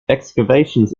excavations